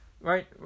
Right